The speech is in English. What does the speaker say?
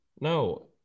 no